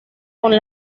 con